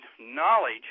knowledge